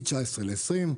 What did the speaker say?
מ-2019 ל-2020,